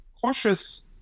cautious